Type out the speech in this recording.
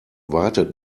wartet